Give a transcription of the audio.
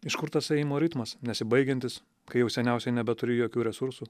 iš kur tas ėjimo ritmas nesibaigiantis kai jau seniausiai nebeturi jokių resursų